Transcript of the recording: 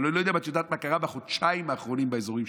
אני לא יודע אם את יודעת מה קרה בחודשיים האחרונים באזור שם,